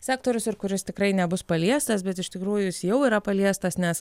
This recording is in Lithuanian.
sektorius ir kuris tikrai nebus paliestas bet iš tikrųjų jis jau yra paliestas nes